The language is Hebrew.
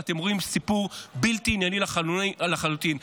אתם רואים סיפור בלתי ענייני לחלוטין.